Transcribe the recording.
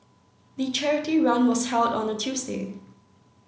the charity run was held on a Tuesday